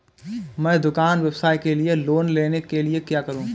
मैं दुकान व्यवसाय के लिए लोंन लेने के लिए क्या करूं?